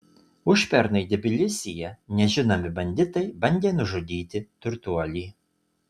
užpernai tbilisyje nežinomi banditai bandė nužudyti turtuolį